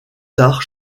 tard